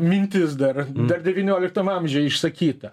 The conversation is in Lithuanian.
mintis dar dar devynioliktam amžiuj išsakyta